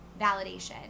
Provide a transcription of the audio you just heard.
validation